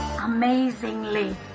amazingly